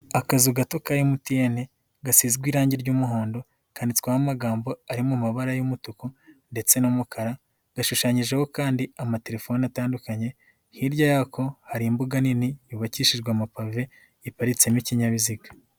Akazu gato ka MTN gasizwe irangi ry'umuhondo cyanditswemo amagambo ari mu mabara y'umutuku ndetse n'umukara, gashushanyijeho kandi amatelefone atandukanye, hirya yako hari imbuga nini yubakishijwe amapave iparitsemo ikinyabiziga.